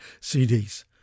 CDs